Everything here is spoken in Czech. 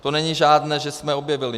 To není žádné, že jsme objevili.